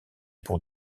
pour